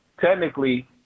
Technically